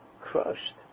crushed